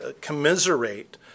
commiserate